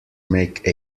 make